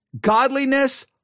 Godliness